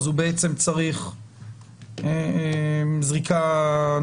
הוא בעצם צריך לקבל זריקה.